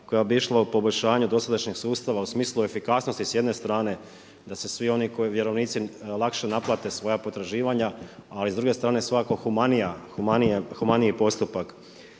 koja bi išla u poboljšanju dosadašnjeg sustava u smislu efikasnosti s jedne strane da se svi oni koji vjerovnici lakše naplate svoja potraživanja, ali s druge strane svakako humaniji postupak.